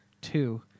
two